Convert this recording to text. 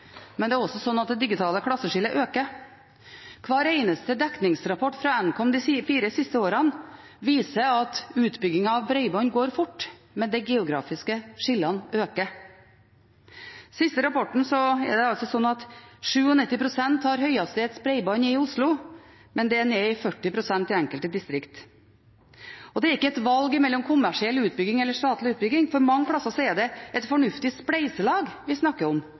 Men det er også slik at det digitale klasseskillet øker. Hver eneste dekningsrapport fra Nkom de fire siste årene viser at utbyggingen av bredbånd går fort, men de geografiske skillene øker. Den siste rapporten viser at 97 pst. i Oslo har høyhastighetsbredbånd, mens det er nede i 40 pst. i enkelte distrikter. Det er ikke et valg mellom kommersiell utbygging eller statlig utbygging, for mange steder er det et fornuftig spleiselag vi snakker om